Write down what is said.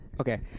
Okay